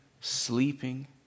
sleeping